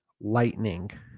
lightning